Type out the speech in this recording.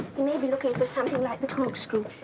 may be looking for something like the corkscrew.